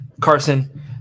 Carson